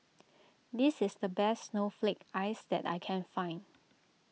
this is the best Snowflake Ice that I can find